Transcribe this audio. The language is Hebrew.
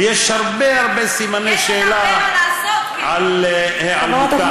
ויש הרבה הרבה סימני שאלה על היעלמותם.